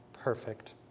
perfect